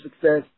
success